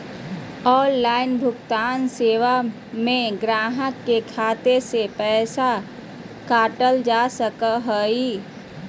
online भुगतान सेवा में गाहक के खाता से पैसा काटल जा हइ